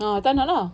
ah tak nak lah